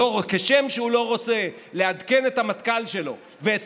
כשם שהוא לא רוצה לעדכן את המטכ"ל שלו ואת